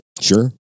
Sure